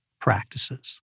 practices